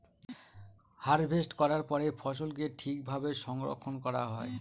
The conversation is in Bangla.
হারভেস্ট করার পরে ফসলকে ঠিক ভাবে সংরক্ষন করা হয়